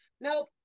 nope